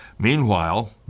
Meanwhile